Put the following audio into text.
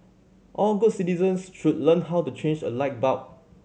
all good citizens should learn how to change a light bulb